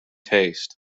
taste